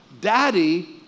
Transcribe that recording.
Daddy